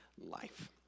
life